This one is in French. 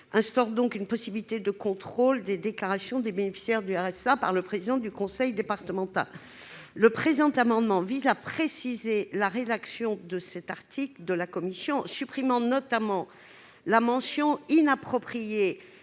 instaure une possibilité de contrôle des déclarations des bénéficiaires du RSA par le président du conseil départemental. Cet amendement vise à préciser la rédaction de cet article, notamment en supprimant la mention inappropriée